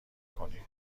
کنین